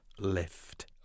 lift